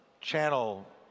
channel